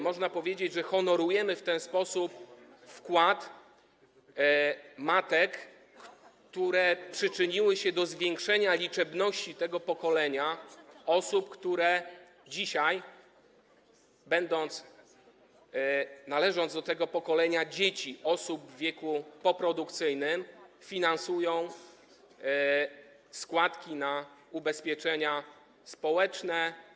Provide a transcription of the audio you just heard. Można powiedzieć, że honorujemy w ten sposób wkład matek, które przyczyniły się do zwiększenia liczebności pokolenia osób, które dzisiaj, należąc do tego pokolenia dzieci osób w wieku poprodukcyjnym, finansują składki na ubezpieczenia społeczne.